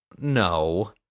no